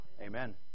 Amen